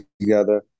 together